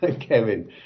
Kevin